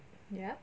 yup